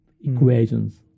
equations